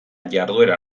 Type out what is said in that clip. jarduera